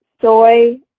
soy